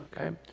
Okay